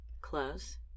Close